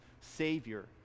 savior